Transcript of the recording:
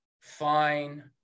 Fine